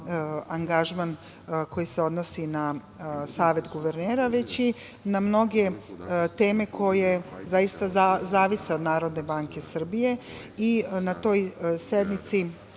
angažman koji se odnosi na Savet guvernera, već i na mnoge teme koje zaista zavise od Narodne banke Srbije i na toj, 7. sednici